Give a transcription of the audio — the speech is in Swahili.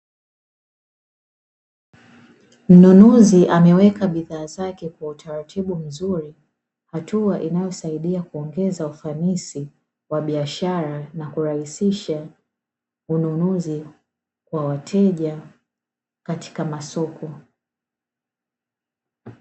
Mnunuzi ameweka bidhaa zake kwa utaratibu mzuri, hatua inayosaidia kuongeza ufanisi wa biashara, na kurahisisha ununuzi wa wateja katika masoko.